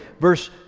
Verse